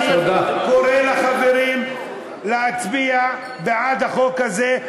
ואני קורא לחברים להצביע בעד החוק הזה,